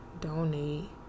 donate